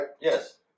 Yes